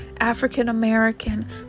African-American